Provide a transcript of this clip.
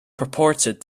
purported